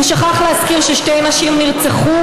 הוא שכח להזכיר ששתי נשים נרצחו,